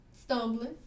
stumbling